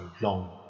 long